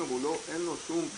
אבל אין להם שום סיי.